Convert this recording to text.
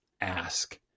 ask